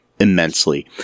Immensely